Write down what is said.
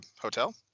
hotel